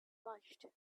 watched